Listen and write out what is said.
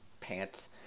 pants